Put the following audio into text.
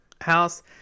house